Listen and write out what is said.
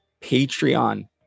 Patreon